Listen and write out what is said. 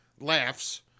laughs